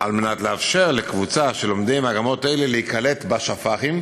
על מנת לאפשר לקבוצה של לומדי מגמות אלה להיקלט בשפ"חים,